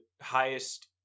highest